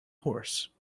horse